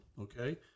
okay